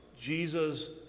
Jesus